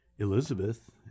Elizabeth